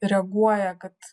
reaguoja kad